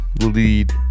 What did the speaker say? lead